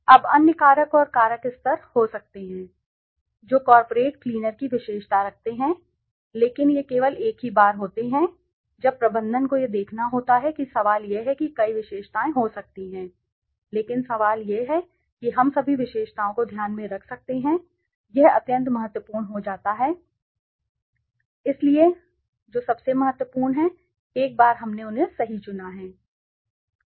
अब अन्य कारक और कारक स्तर हो सकते हैं जो कॉर्पोरेट क्लीनर की विशेषता रखते हैं लेकिन ये केवल एक ही बार होते हैं जब प्रबंधन को यह देखना होता है कि सवाल यह है कि कई विशेषताएँ हो सकती हैं लेकिन सवाल यह है कि हम सभी विशेषताओं को ध्यान में रख सकते हैं यह अत्यंत महत्वपूर्ण हो जाता है जटिल इसलिए कि जो सबसे महत्वपूर्ण हैं एक बार हमने उन्हें सही चुना है